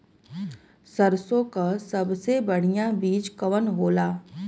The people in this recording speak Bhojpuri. सरसों क सबसे बढ़िया बिज के कवन होला?